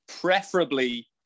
preferably